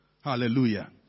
Hallelujah